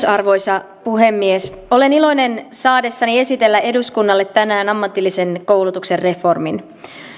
arvoisa puhemies olen iloinen saadessani esitellä eduskunnalle tänään ammatillisen koulutuksen reformin